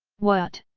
what?